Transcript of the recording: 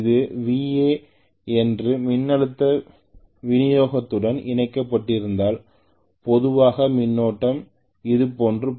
இது Va என்ற மின்னழுத்த விநியோகத்துடன் இணைக்கப்பட்டிருந்தால் பொதுவாக மின்னோட்டம் இதுபோன்று பாயும்